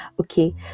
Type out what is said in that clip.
okay